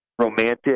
romantic